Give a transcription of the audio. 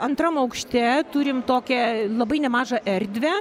antram aukšte turim tokią labai nemažą erdvę